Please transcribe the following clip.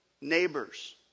neighbors